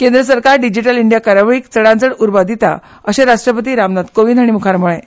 केंद्र सरकार digital India कार्यावळीक चडांतचड उर्बा दिता अशें राष्ट्रपती रामनाथ कोविंद हांणी मुखार म्हळें